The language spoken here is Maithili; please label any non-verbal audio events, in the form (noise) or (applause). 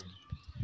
(unintelligible)